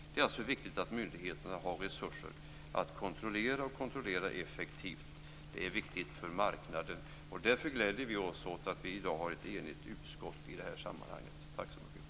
Det är alltså viktigt att myndigheterna har resurser att kontrollera effektivt. Detta är viktigt för marknaden. Därför gläder vi oss i dag åt att utskottet är enigt i det här sammanhanget. Tack så mycket!